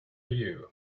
you